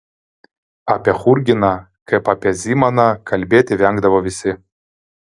apie churginą kaip apie zimaną kalbėti vengdavo visi